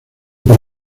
por